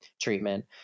treatment